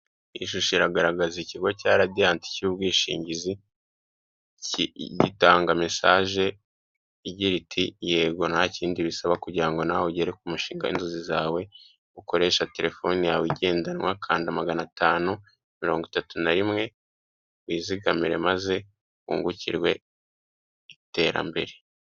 Ishusho iragaragaza ikigo cya radiyanti cy'ubwishingizi, gitanga mesaje igira iti "yego nta kindi bisaba kugira nawe ugere ku mushinga w'inzozi zawe ukoresha telefone yawe igendanwa, kanda magana atanu mirongo itatu na rimwe, wizigamire maze wungukirwe iterambere."